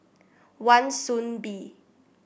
Wan Soon Bee